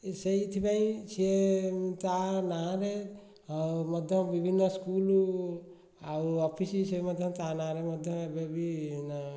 ସେଇଥିପାଇଁ ସେ ତା ନାଁ ରେ ମଧ୍ୟ ବିଭିନ୍ନ ସ୍କୁଲ ଆଉ ଅଫିସ ସେ ମଧ୍ୟ ତାହା ନାଁ ରେ ମଧ୍ୟ ଏବେବି ନାଁ